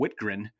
Whitgren